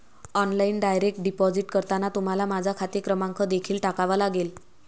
online direct deposit करताना तुम्हाला माझा खाते क्रमांक देखील टाकावा लागेल